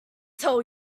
tell